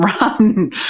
run